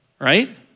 right